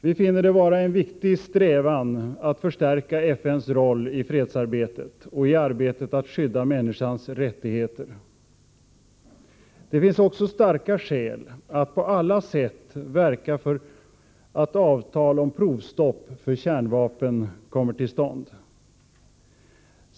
Vi finner det vara en viktig strävan att förstärka FN:s roll i fredsarbetet och i arbetet att skydda människans rättigheter. Det finns också starka skäl att på alla sätt verka för att avtal om provstopp för kärnvapen kommer till stånd.